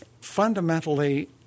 fundamentally